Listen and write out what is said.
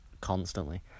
constantly